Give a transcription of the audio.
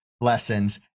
lessons